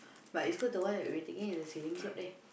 but East-Coast the one we taking is the sailing club there